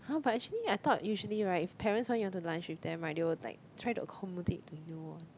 !huh! but actually I thought usually right if parents want you to lunch with them right they will like try to accommodate to you one